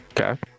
Okay